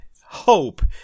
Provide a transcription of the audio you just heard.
hope